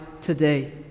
today